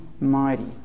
mighty